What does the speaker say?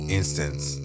instance